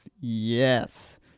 Yes